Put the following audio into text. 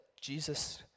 Jesus